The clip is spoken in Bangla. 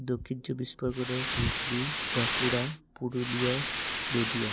দক্ষিণ চব্বিশ পরগনা হুগলি বাঁকুড়া পুরুলিয়া নদীয়া